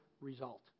result